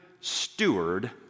steward